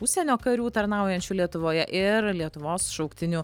užsienio karių tarnaujančių lietuvoje ir lietuvos šauktinių